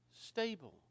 stable